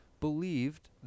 believed